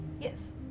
Yes